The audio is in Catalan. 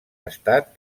estat